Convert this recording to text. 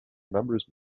remembers